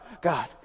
God